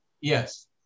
Yes